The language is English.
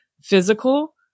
physical